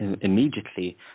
immediately